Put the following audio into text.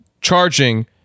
charging